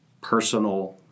personal